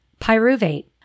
pyruvate